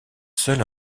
seul